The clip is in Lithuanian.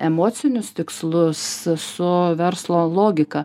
emocinius tikslus su verslo logika